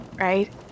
right